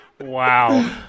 Wow